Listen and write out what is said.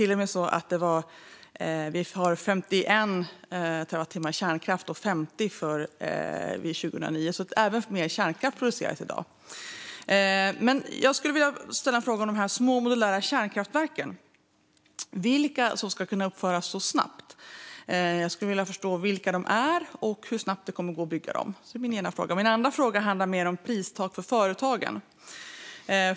Vi producerar till och med 51 terawattimmar kärnkraft jämfört med 50 terawattimmar 2009, så det produceras även mer kärnkraft i dag. Jag skulle vilja ställa en fråga om de små, modulära kärnkraftverken, som skulle kunna uppföras så snabbt. Jag skulle vilja förstå vilka de är och hur snabbt det kommer att gå att bygga dem. Det är min ena fråga. Min andra fråga handlar om pristak för företagen.